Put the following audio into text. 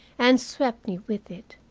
and swept me with it.